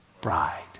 Bride